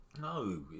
No